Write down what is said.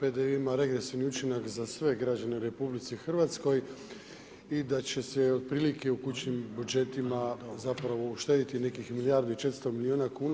PDV ima regresivni učinak za sve građane u RH i da će se otprilike u kućnim budžetima, zapravo uštedjeti nekih milijardi i 400 milijuna kuna.